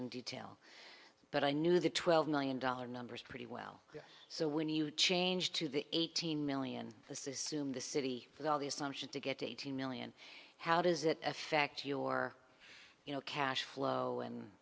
in detail but i knew the twelve million dollar numbers pretty well so when you change to the eighteen million the system the city with all the assumptions to get eighteen million how does it affect your you know cash flow and